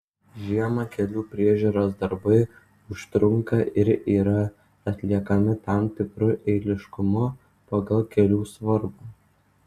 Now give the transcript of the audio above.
žiemą kelių priežiūros darbai užtrunka ir yra atliekami tam tikru eiliškumu pagal kelių svarbą